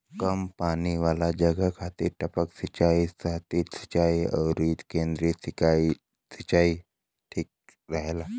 कम पानी वाला जगह खातिर टपक सिंचाई, सतही सिंचाई अउरी केंद्रीय सिंचाई ठीक रहेला